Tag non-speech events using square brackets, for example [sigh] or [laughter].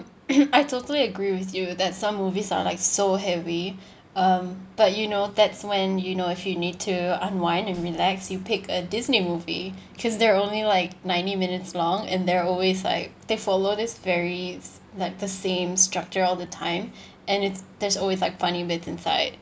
[coughs] I totally agree with you that some movies are like so heavy um but you know that's when you know if you need to unwind and relax you pick a Disney movie cause they're only like ninety minutes long and there are always like they follow this very s~ like the same structure all the time [breath] and it's there's always like funny bits inside